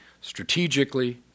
Strategically